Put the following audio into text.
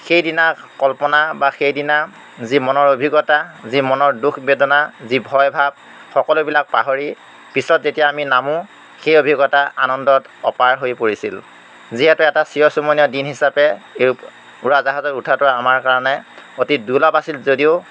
সেইদিনাৰ কল্পনা বা সেইদিনা যি মনৰ অভিজ্ঞতা যি মনৰ দুখ বেদনা যি ভয়ভাৱ সকলোবিলাক পাহৰি পিছত যেতিয়া আমি নামো সেই অভিজ্ঞতা আনন্দত অপাৰ হৈ পৰিছিল যিহেতু এটা চিৰস্মৰণীয় দিন হিচাপে এইটো উৰাজাহাজত উঠাটো আমাৰ কাৰণে অতি দুৰ্লভ আছিল যদিও